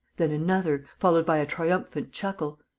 then another, followed by a triumphant chuckle.